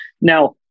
Now